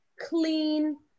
clean